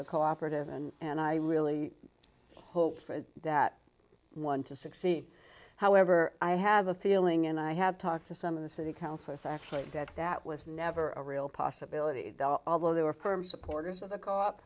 cooperative and and i really hope for that one to succeed however i have a feeling and i have talked to some of the city councillors actually that that was never a real possibility although they were firm supporters of the co op